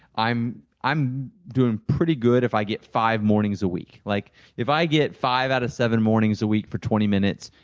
i'm i'm doing pretty good if i get five mornings a week. like if i get five out of seven mornings a week for twenty minutes,